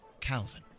Calvin